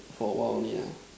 for a while only lah